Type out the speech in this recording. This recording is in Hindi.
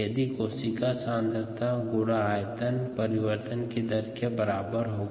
इसलिए कोशिका सांद्रता गुणा आयतन परिवर्तन की दर के बराबर होगा